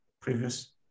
previous